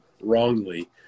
wrongly